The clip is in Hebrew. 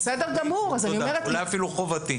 זאת אולי אפילו חובתי.